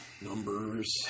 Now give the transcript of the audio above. Numbers